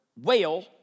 whale